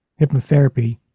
hypnotherapy